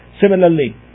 Similarly